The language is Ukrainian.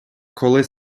коли